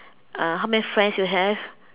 uh how many friends you have